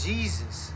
Jesus